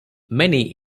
many